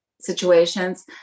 situations